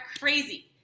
crazy